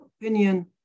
opinion